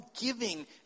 giving